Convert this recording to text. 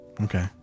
okay